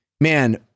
man